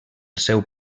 seu